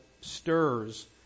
stirs